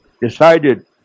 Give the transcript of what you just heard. decided